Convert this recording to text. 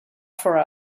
for